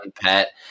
pet